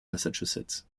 massachusetts